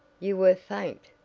you were faint,